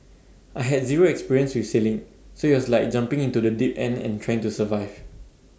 I had zero experience with sailing so IT was like jumping into the deep end and trying to survive